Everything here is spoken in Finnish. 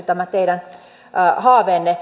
tämä teidän haaveenne